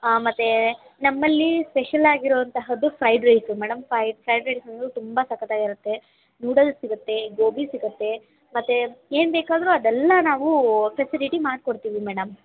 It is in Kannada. ಹಾಂ ಮತ್ತು ನಮ್ಮಲ್ಲಿ ಸ್ಪೆಷಲ್ಲಾಗಿ ಇರೋವಂತಹದ್ದು ಫ್ರೈಡ್ ರೈಸು ಮೇಡಮ್ ಫೈ ಫ್ರೈಡ್ ರೈಸಂತು ತುಂಬ ಸಖತ್ತಾಗಿರತ್ತೆ ನೂಡಲ್ಸ್ ಸಿಗುತ್ತೆ ಗೋಬಿ ಸಿಗುತ್ತೆ ಮತ್ತು ಏನು ಬೇಕಾದರು ಅದೆಲ್ಲ ನಾವು ಫೆಸಿಲಿಟಿ ಮಾಡಿಕೊಡ್ತೀವಿ ಮೇಡಮ್